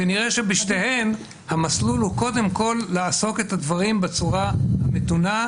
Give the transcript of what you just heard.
ונראה שבשתיהן המסלול הוא קודם כל לעשות את הדברים בצורה המתונה,